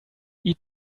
eat